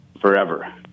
forever